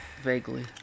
Vaguely